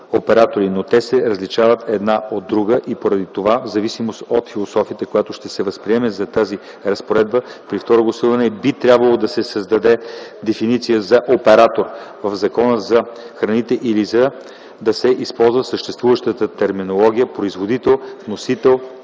но те се различават една от друга и поради това, в зависимост от философията, която ще се възприеме за тази разпоредба при второ гласуване, би трябвало или да се създаде дефиниция за „оператор” в Закона за храните, или да се използва съществуващата терминология – „производител, вносител, търговец”.